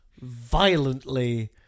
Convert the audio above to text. violently